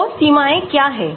तो सीमाएं क्या हैं